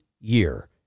year